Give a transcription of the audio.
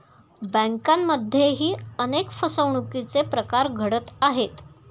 बँकांमध्येही अनेक फसवणुकीचे प्रकार घडत आहेत